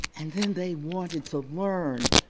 and then they wanted to learn,